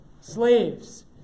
Slaves